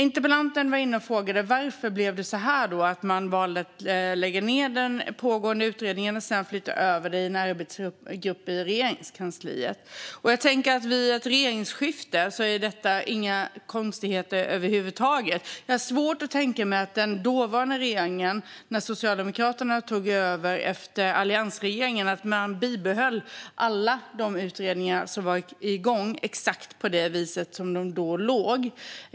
Interpellanten frågade varför man valde att lägga ned den pågående utredningen och flytta över arbetet till en arbetsgrupp inom Regeringskansliet. Vid ett regeringsskifte är det inga konstigheter över huvud taget. När Socialdemokraterna tog över efter alliansregeringen har jag svårt att tänka mig att de behöll alla utredningar som var igång på exakt det vis som de låg.